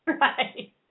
Right